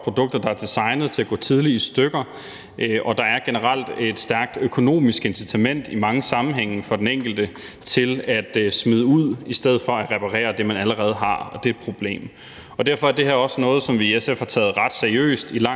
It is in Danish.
produkter, der er designet til at gå tidligt i stykker, og der er generelt et stærkt økonomisk incitament i mange sammenhænge for den enkelte til at smide ud i stedet for at reparere det, man allerede har, og det er et problem. Derfor er det her også noget, som vi i SF har taget ret seriøst i lang